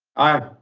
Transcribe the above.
aye.